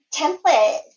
template